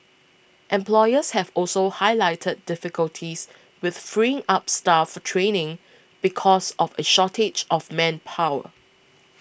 employers have also highlighted difficulties with freeing up staff for training because of a shortage of manpower